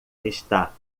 está